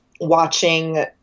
watching